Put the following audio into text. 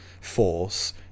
force